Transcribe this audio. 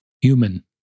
human